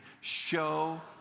Show